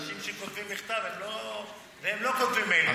אנשים שכותבים מכתב והם לא כותבים מיילים,